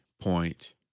point